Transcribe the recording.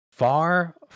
Far